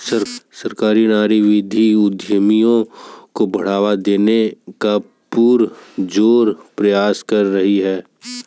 सरकार नारीवादी उद्यमियों को बढ़ावा देने का पुरजोर प्रयास कर रही है